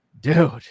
dude